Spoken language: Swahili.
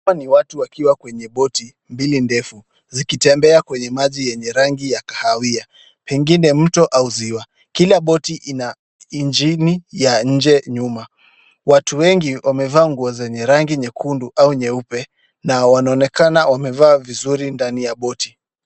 Hawa ni watu wakiwa kwenye boti mbili ndefu zikitembea kwenye maji yenye rangi ya kahawia pengine mto au ziwa. Kila boti ina injini ya nje nyuma. Watu wengi wamevaa nguo zenye rangi nyekundu au nyeupe na wanaonekana wamevaa vizuri ndani ya boti.